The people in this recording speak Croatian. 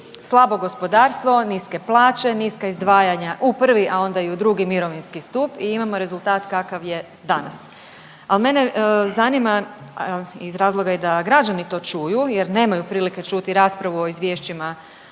Slabo gospodarstvo, niske plaće, niska izdvajanja u 1. a onda i u 2. mirovinski stup i imamo rezultat kakav je danas. A mene zanima, a i iz razloga da građani to čuju jer nemaju prilike čuti raspravu o izvješćima